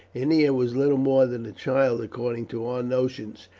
ennia was little more than a child, according to our notions.